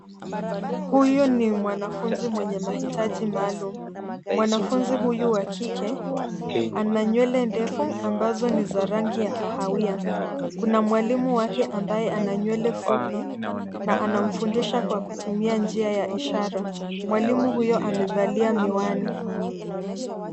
Huyu ni mwanafunzi mwenya mahitaji maalimu. mwanafunzi huyu wa kike ana nywele ndefu ambazo ni za rangi ya kahawia, kuna mwalimu wake ambaye ana nywele fupi na anamfundisha kwa kutumia njia ya ishara mwalimu huyo amevalia miwani.